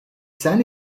scènes